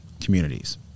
communities